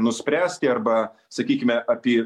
nuspręsti arba sakykime apie